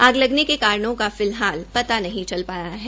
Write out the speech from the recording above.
आग लगने के कारणों का फिलहाल पता नहीं चल पाया है